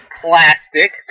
plastic